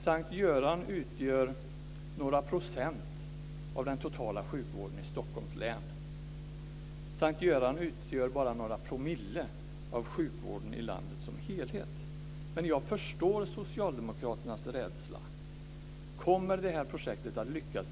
S:t Görans sjukhus utgör några procent av den totala sjukvården i Stockholms län. S:t Görans sjukhus utgör bara några promille av sjukvården i landet som helhet. Men jag förstår socialdemokraternas rädsla. Jag är övertygad om att det här projektet kommer att lyckas.